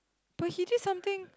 but he did something